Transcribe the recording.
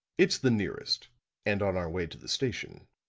it's the nearest and on our way to the station.